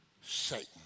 Satan